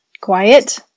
quiet